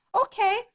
Okay